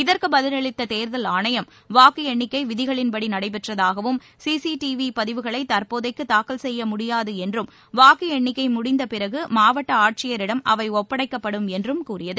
இதற்குப் பதிலளித்த தேர்தல் ஆணையம் வாக்கு எண்ணிக்கை விதிகளின்படி நடைபெற்றதாகவும் சிசிடிவி பதிவுகளை தற்போதைக்கு தாக்கல் செய்ய முடியாது என்றும் வாக்கு எண்ணிக்கை முடிந்தபிறகு மாவட்ட ஆட்சியரிடம் அவை ஒப்படைக்கப்படும் என்றும் கூறியது